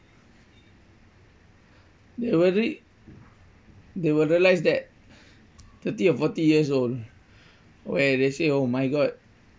they will re~ they will realise that thirty or forty years old where they say oh my god